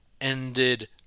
ended